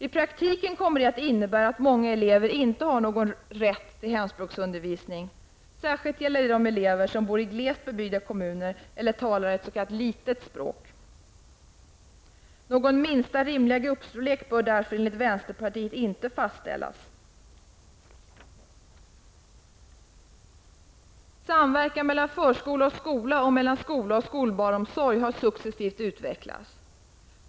I praktiken kommer det att innebära att många elever inte har någon rätt till hemspråksundervisning. Detta gäller särskilt de elever som bor i glest bebyggda kommuner eller talar ett s.k. litet språk. Någon ''minsta rimliga gruppstorlek'' bör därför enligt vänsterpartiets åsikt inte fastställas. Samverkan mellan skola och förskola och mellan skola och skolbarnomsorg har successivt utvecklats.